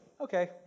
okay